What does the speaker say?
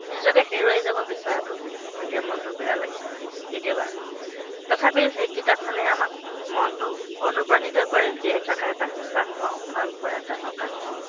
নিজকে হেৰুৱাই যাব বিচৰাতো যেতিয়া মনটো বেয়া লাগে কেতিয়াবা তথাপিও সেই কিতাপখনেহে আমাক মনটো অনুপ্ৰাণিত কৰে জীয়াই থকাৰ এটা সকাহ পাওঁ ভাল পোৱা এটা সকাহ পাওঁ